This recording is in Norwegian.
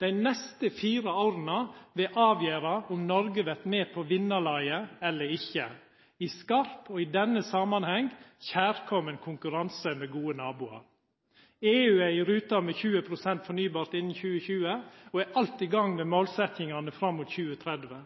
Dei neste fire åra vil avgjera om Noreg vert med på vinnarlaget eller ikkje i denne samanhengen i skarp og kjærkomen konkurranse med gode naboar. EU er i rute med målet om minst 20 pst. fornybar energi innan 2020 og er alt i gang med målsetjingane fram mot 2030.